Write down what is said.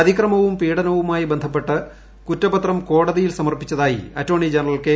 അതിക്രമവും പീഡനവുമായി ബന്ധപ്പെട്ട് കുറ്റപത്രം കോടതിയിൽ സമർപ്പിച്ചതായി അറ്റോർണി ജനറൽ കെ